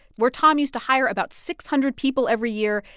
where tom used to hire about six hundred people every year,